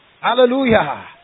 hallelujah